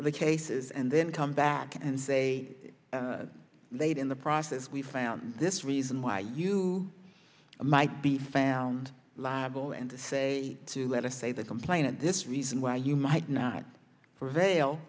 the cases and then come back and say late in the process we found this reason why you might be found liable and say to have a say the complainant this reason why you might not prevail